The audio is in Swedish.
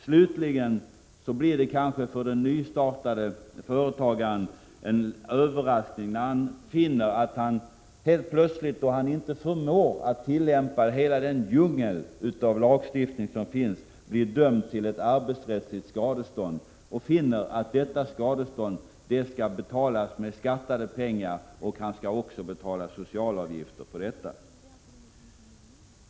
Slutligen blir det kanske för den nystartande företagaren en överraskning, när han finner att han helt plötsligt, då han inte förmår att tillämpa hela den djungel av lagstiftning som finns, blir dömd till ett arbetsrättsligt skadestånd. Det skall då betalas med beskattade pengar, och han skall också betala socialavgifter på detta.